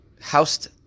housed